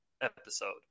episode